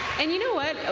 and you know what?